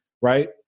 right